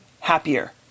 happier